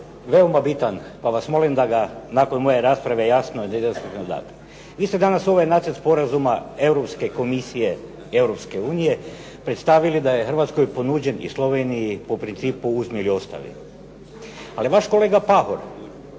veoma bitan, pa vas molim da ga nakon moje rasprave jasno …/Govornik se ne razumije./… date. Vi ste danas ovaj nacrt sporazuma Europske Komisije, Europske unije predstavili da je Hrvatskoj ponuđen i Sloveniji po principu uzmi ili ostavi, ali vaš kolega Pahor